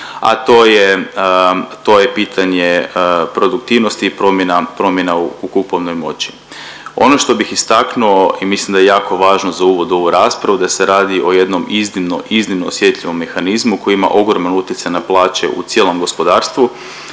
to je pitanje produktivnosti i promjena, promjena u kupovnoj moći. Ono što bih istaknuo i mislim da je jako važno za uvod u ovu raspravu, da se radi o jednom iznimno, iznimno osjetljivom mehanizmu koji ima ogroman utjecaj na plaće u cijelom gospodarstvu